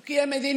הוא קיים מדיניות,